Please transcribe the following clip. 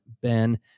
ben